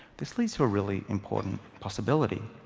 this leads to a really important possibility.